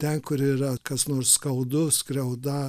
ten kur yra kas nors skaudus skriauda